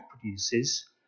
produces